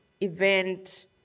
event